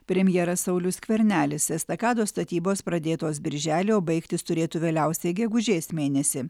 premjeras saulius skvernelis estakados statybos pradėtos birželį o baigtis turėtų vėliausiai gegužės mėnesį